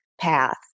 path